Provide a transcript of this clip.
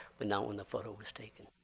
but not when the photo was taken.